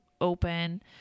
open